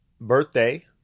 birthday